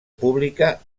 pública